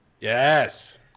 Yes